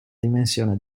dimensione